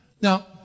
Now